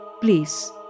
Please